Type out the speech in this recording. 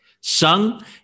Sung